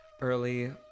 early